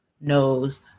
knows